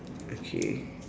okay